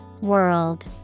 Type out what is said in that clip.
World